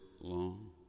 Long